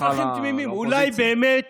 אולי האזרחים תמימים, אולי באמת